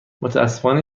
متاسفانه